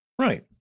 Right